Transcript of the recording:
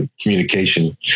communication